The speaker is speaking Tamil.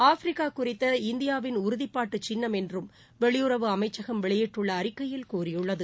ஆஃப்ரிக்கா குறித்த இந்தியாவின் உறுதிப்பாட்டு சின்னம் என்றும் வெளியுறவு அமைச்சகம் வெளியிட்டுள்ள அிறக்கையில் கூறியுள்ளது